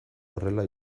horrela